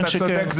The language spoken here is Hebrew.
אתה צודק.